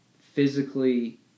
physically